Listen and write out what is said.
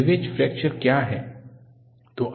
brittle fracture cleavage fracture क्या है